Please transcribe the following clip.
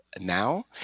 now